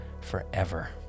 forever